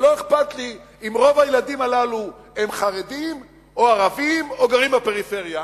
ולא אכפת לי אם רוב הילדים הללו הם חרדים או ערבים או גרים בפריפריה.